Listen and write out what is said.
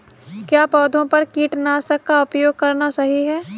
क्या पौधों पर कीटनाशक का उपयोग करना सही है?